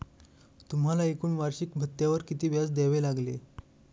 तुम्हाला एकूण वार्षिकी भत्त्यावर किती व्याज द्यावे लागले